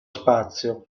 spazio